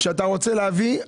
כשאתה רוצה להביא,